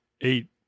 Eight